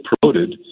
promoted